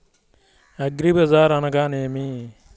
అగ్రిబజార్ అనగా నేమి?